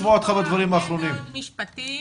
--- משפטים